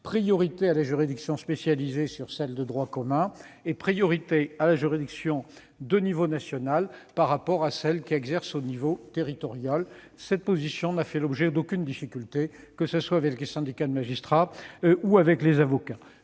priorité à la juridiction spécialisée sur celle de droit commun et à la juridiction de niveau national sur celle qui exerce à l'échelon territorial. Cette position n'a fait l'objet d'aucune difficulté, qu'il s'agisse des syndicats de magistrats ou des avocats.